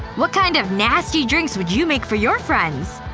what kind of nasty drinks would you make for your friends?